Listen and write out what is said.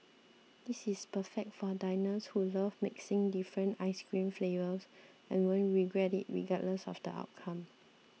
this is perfect for diners who love mixing different ice cream flavours and won't regret it regardless of the outcome